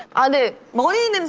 ah the morning. and